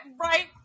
right